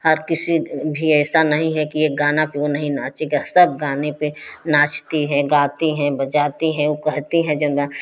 हर किसी भी ऐसा नहीं है कि एक गाना पर वह नहीं नाचेगा सब गाने पर नाच